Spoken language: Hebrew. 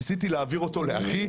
ניסיתי להעביר אותו לאחי,